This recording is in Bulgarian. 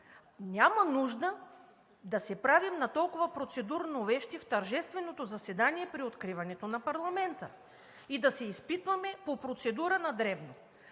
Няма нужда да се правим на толкова процедурно вещи в тържественото заседание при откриването на парламента и да се изпитваме по процедура на дребно.